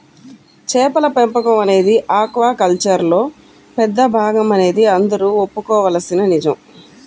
చేపల పెంపకం అనేది ఆక్వాకల్చర్లో పెద్ద భాగమనేది అందరూ ఒప్పుకోవలసిన నిజం